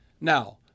Now